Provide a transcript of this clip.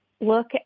look